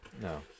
No